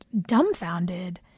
dumbfounded